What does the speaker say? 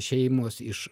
šeimos iš